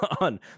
on